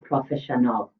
proffesiynol